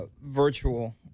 virtual